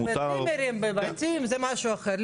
בצימרים, בבתים זה משהו אחר.